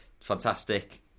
Fantastic